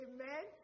Amen